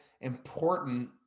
important